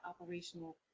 operational